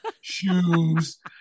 shoes